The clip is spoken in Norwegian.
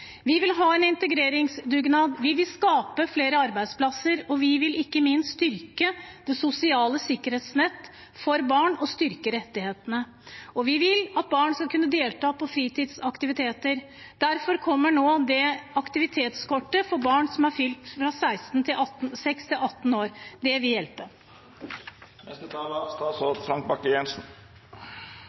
Vi vil ha en integreringsdugnad. Vi vil skape flere arbeidsplasser. Vi vil ikke minst styrke det sosiale sikkerhetsnettet for barn og styrke rettighetene. Og vi vil at barn skal kunne delta på fritidsaktiviteter. Derfor kommer nå aktivitetskortet for barn fra 6 til fylte 18 år. Det vil hjelpe.